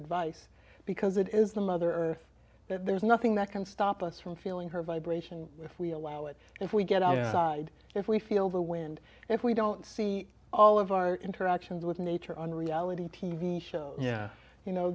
advice because it is the mother earth that there's nothing that can stop us from feeling her vibration if we allow it if we get out if we feel the wind if we don't see all of our interactions with nature on reality t v show you know